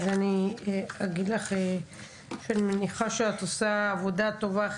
אז אני אגיד לך שאני מניחה שאת עושה עבודה טובה,